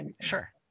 sure